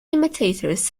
imitators